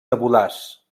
tabulars